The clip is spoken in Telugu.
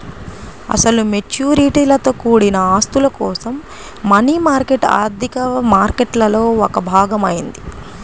అసలు మెచ్యూరిటీలతో కూడిన ఆస్తుల కోసం మనీ మార్కెట్ ఆర్థిక మార్కెట్లో ఒక భాగం అయింది